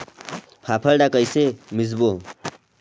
फाफण ला कइसे मिसबो?